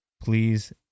Please